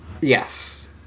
Yes